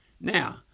Now